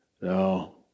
No